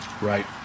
Right